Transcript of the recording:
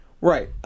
Right